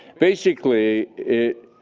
basically, it